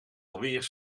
alweer